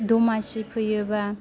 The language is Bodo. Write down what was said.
दमासि फैयोबा